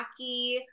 wacky